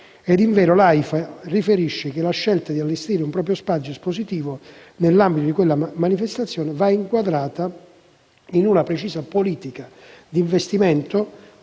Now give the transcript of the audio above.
Invero, AIFA riferisce che la scelta di allestire un proprio spazio espositivo nell'ambito della predetta manifestazione va inquadrata in una precisa politica di investimento